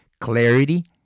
clarity